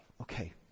okay